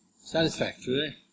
satisfactorily